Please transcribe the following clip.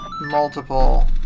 multiple